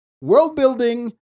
World-building